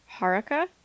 Haruka